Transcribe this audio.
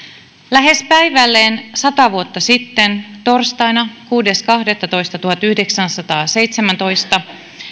lähes päivälleen sata vuotta sitten torstaina kuudes kahdettatoista tuhatyhdeksänsataaseitsemäntoista